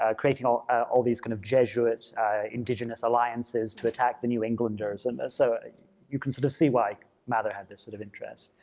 ah creating all all these kind of jesuit indigenous alliances to attack the new englanders. and so you can sort of see why like mather had this sort of interest.